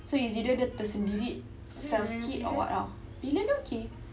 so it's either dia tersendiri self skid or what ah pillion dia okay